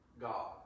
God